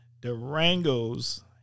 Durango's